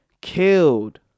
killed